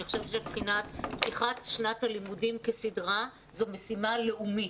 אני חושבת שפתיחת שנת הלימודים כסדרה זו משימה לאומית,